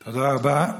תודה רבה.